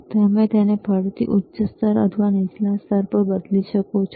અને તમે તેને ફરીથી ઉચ્ચ સ્તર અથવા નીચલા સ્તર પર બદલી શકો છો